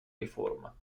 riforma